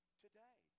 Today